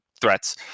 threats